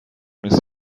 نیست